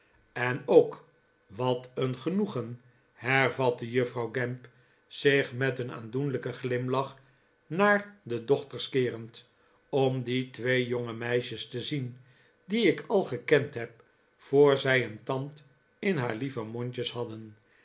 en ook wat een genoegen hervatte juffrouw gamp zich met een aandoenlijken glimlach naar de dochters keerend om die twee jongemeisjes te zien die ik al gekend heb voor zij een tand in haar lieve mondjes hadden